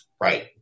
Right